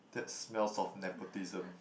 that smells of nepotism